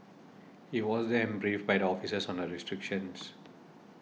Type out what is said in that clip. he was then briefed by officers on the restrictions